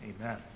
Amen